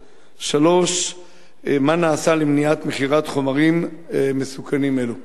3. מה נעשה למניעת מכירתם של חומרים מסוכנים אלו?